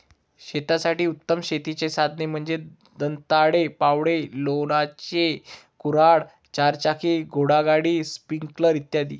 शेतासाठी उत्तम शेतीची साधने म्हणजे दंताळे, फावडे, लोणचे, कुऱ्हाड, चारचाकी घोडागाडी, स्प्रिंकलर इ